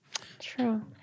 True